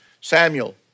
Samuel